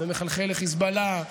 מחלחל לחיזבאללה,